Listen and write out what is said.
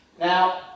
Now